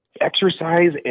exercise